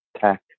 Tech